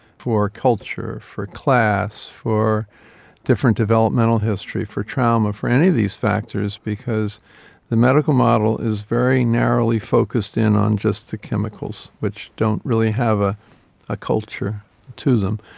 for culture, for class for different developmental history, for trauma, for any of these factors, because the medical model is very narrowly focused in on just the chemicals, which don't really have a ah culture to them.